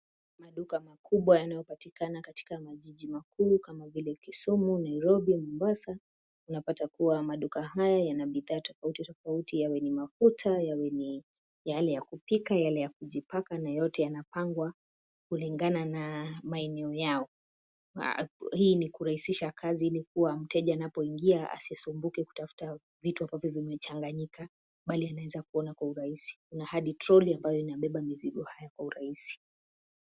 Maduka makubwa yanayopatikana Katika majiji makuu kama vile Kisumu, Nairobi, Mombasa. Unapata kuwa maduka haya yana bidhaa tofauti tofauti yawe ni mafuta, yawe ni yale ya kupika, yale ya kujipaka na yote yanapangwa kulingana na maeneo yao. Hii ni kurahisisha kazi ili kuwa mteja anapoingia asisumbuke kutafuta vitu ambavyo vimechanganyika, bali anaweza kuona kwa urahisi. Kuna hadi troli ambayo inabeba mzigo hayo kwa urahisi.